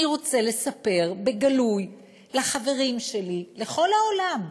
אני רוצה לספר בגלוי לחברים שלי, לכל העולם,